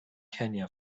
kenya